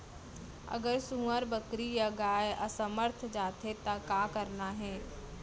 अगर सुअर, बकरी या गाय असमर्थ जाथे ता का करना हे?